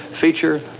feature